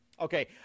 Okay